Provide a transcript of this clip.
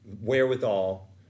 wherewithal